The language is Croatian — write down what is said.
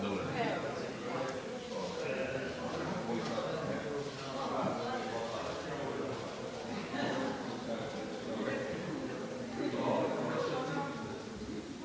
Hvala.